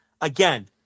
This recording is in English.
again